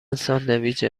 ساندویچ